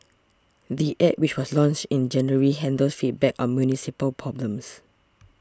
the App which was launched in January handles feedback on municipal problems